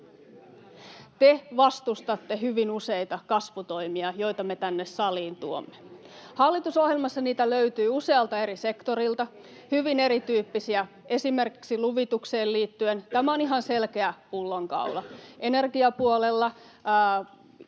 Te vastustatte hyvin useita kasvutoimia, joita me tänne saliin tuomme. Hallitusohjelmassa niitä löytyy usealta eri sektorilta, hyvin erityyppisiä, esimerkiksi luvitukseen liittyen — tämä on ihan selkeä pullonkaula — energiapuolella,